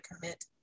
commit